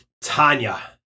Tanya